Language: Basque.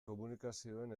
komunikazioen